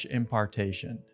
impartation